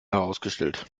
herausgestellt